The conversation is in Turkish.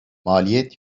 maliyet